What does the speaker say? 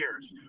years